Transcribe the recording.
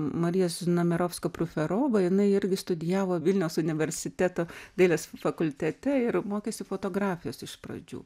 marija znamierovska proferova jinai irgi studijavo vilniaus universiteto dailės fakultete ir mokėsi fotografijos iš pradžių